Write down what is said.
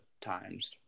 times